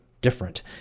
different